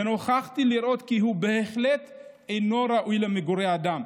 ונוכחתי לראות כי הוא בהחלט אינו ראוי למגורי אדם.